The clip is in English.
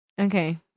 Okay